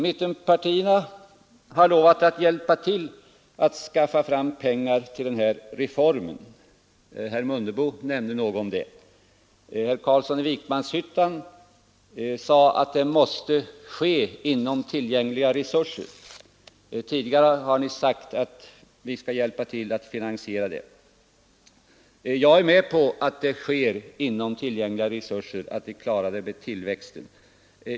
Mittenpartierna har lovat att hjälpa till att skaffa fram pengar till reformen; herr Mundebo nämnde något om det. Herr Carlsson i Vikmanshyttan sade att det måste ske inom tillgängliga resurser; tidigare har det sagts att man skulle hjälpa till att finansiera reformen. Jag är med på att det sker inom tillgängliga resurser, att vi klarar det genom tillväxten.